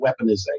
weaponization